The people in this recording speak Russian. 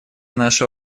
наша